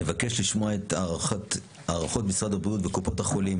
נבקש לשמוע את הערכות משרד הבריאות וקופות החולים